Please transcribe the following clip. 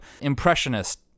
impressionist